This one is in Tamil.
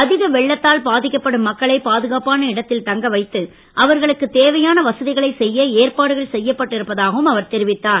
அதிக வெள்ளத்தால் பாதிக்கப்படும் மக்களை பாதுகாப்பான இடத்தில் தங்க வைத்து அவர்களுக்கு தேவையான வசதிகளை செய்ய ஏற்பாடுகள் செய்யப்பட்டு இருப்பதாகவும் அவர் தெரிவித்தார்